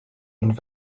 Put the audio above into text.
und